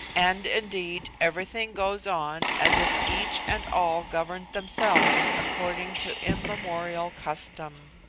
and, indeed, everything goes on as if each and all governed themselves according to immemorial custom.